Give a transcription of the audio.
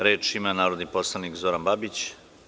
Reč ima narodni poslanik Zoran Babić.